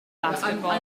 basketball